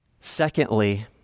Secondly